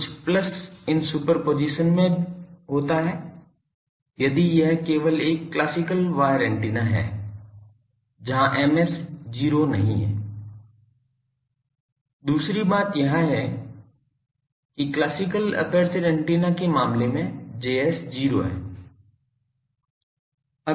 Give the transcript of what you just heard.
कुछ प्लस इन सुपरपोजिशन में होता है यदि यह केवल एक क्लासिकल वायर एंटीना है जहां Ms 0 नहीं है दूसरी बात यह है कि क्लासिकल अपर्चर एंटीना के मामले में Js 0 है